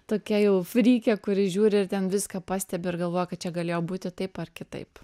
tokia jau frykė kuri žiūri ir ten viską pastebi ir galvoja kad čia galėjo būti taip ar kitaip